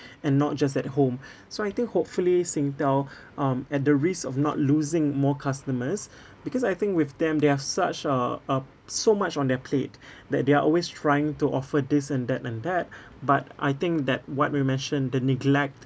and not just at home so I think hopefully Singtel um at the risk of not losing more customers because I think with them they are such a a so much on their plate that they are always trying to offer this and that and that but I think that what we mentioned the neglect